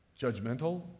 judgmental